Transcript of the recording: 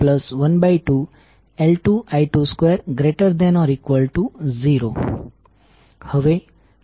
તેથી જો તમે સ્લાઇડમાં આકૃતિ જોશો તો હવે i2 કોઇલ 2 સાથે જોડાયેલ કરંટ સોર્સ છે